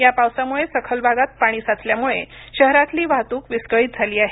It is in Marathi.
या पावसामुळे सखल भागात पाणी साचल्यामुळे शहरातली वाहतूक विस्कळित झाली आहे